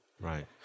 Right